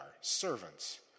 servants